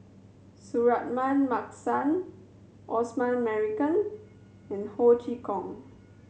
Suratman Markasan Osman Merican and Ho Chee Kong